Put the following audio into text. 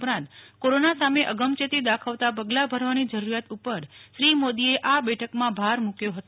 પરાંત corona સામે અગમચેતી દાખવતાં પગલા ભરવાની જરૂરિયાત ઉપર શ્રી મોદીએ આ બેઠકમાં ભાર મૂક્યો હતો